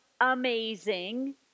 amazing